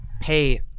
pay